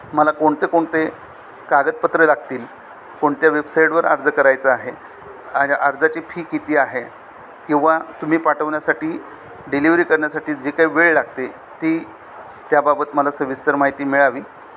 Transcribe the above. मला कोणते कोणते कागदपत्र लागतील कोणत्या वेबसाईटवर अर्ज करायचा आहे आ अर्जाची फी किती आहे किंवा तुम्ही पाठवण्यासाठी डिलिवरी करण्यासाठी जी काही वेळ लागते ती त्याबाबत मला सविस्तर माहिती मिळावी